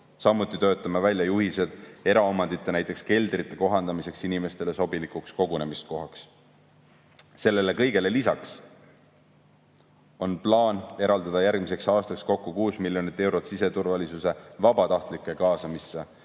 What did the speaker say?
Samuti töötame välja juhised eraomandi, näiteks keldrite kohandamiseks inimestele sobilikuks kogunemiskohaks. Sellele kõigele lisaks on plaan eraldada järgmiseks aastaks kokku 6 miljonit eurot siseturvalisuse vabatahtlike kaasamisse,